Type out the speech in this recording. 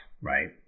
right